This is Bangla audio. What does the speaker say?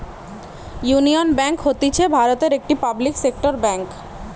ইউনিয়ন বেঙ্ক হতিছে ভারতের একটি পাবলিক সেক্টর বেঙ্ক